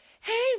hey